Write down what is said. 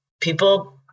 people